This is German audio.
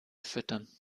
füttern